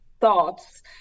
thoughts